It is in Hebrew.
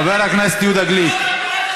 חבר הכנסת יהודה גליק,